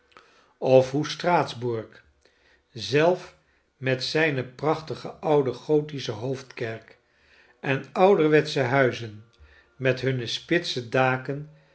of hoe straatsburg zelf met zijneprachtige oude gothische hoofdkerk en ouderwetsche huizen met hunne spitse daken